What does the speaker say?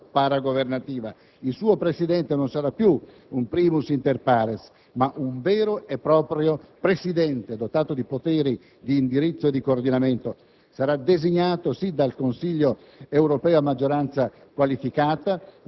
essa diventa un'istituzione politica, non più soltanto amministrativa o paragovernativa. Il suo Presidente non sarà più un *primus* *inter pares* ma un vero e proprio Presidente, dotato di poteri di indirizzo e di coordinamento;